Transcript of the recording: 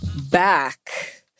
back